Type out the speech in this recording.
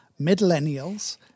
millennials